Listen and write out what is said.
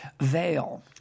veil